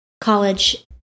college